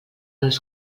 les